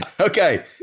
Okay